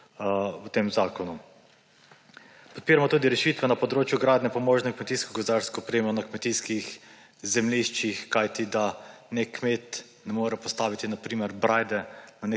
v tem zakonu. Podpiramo tudi rešitve na področju gradnje pomožne kmetijsko- gozdarsko opremo na kmetijskih zemljiščih. Da kmet ne more postaviti na primer brajde